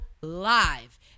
live